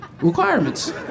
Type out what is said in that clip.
requirements